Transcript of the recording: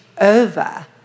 over